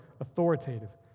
authoritative